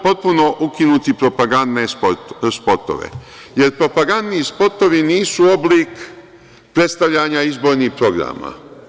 Potpuno ukinuti propagandne spotove, jer propagandni spotovi nisu oblik predstavlja izbornih programa.